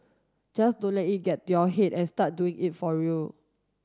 just don't let it get to your head and start doing it for real